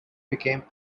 became